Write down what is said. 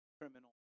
criminal